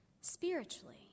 spiritually